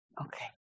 Okay